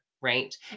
right